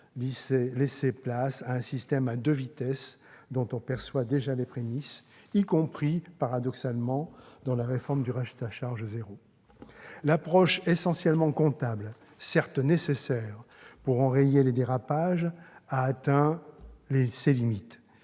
laisser place à un système à deux vitesses dont on perçoit déjà les prémices, y compris, paradoxalement, à travers la réforme du « reste à charge zéro ». L'approche essentiellement comptable, certes nécessaire pour enrayer les dérapages, a atteint ses limites.